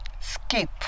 skip